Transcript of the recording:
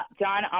John